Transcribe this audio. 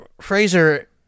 Fraser